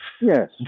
Yes